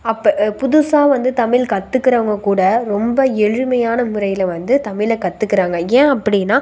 அப்போ புதுசாக வந்து தமிழ் கத்துக்கறவங்க கூட ரொம்ப எளிமையான முறையில் வந்து தமிழை கற்றுக்கறாங்க ஏன் அப்படின்னா